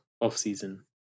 off-season